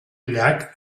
llac